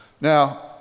Now